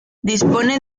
dispone